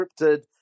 scripted